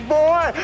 boy